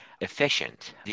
efficient